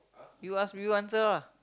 you ask you answer lah